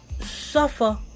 suffer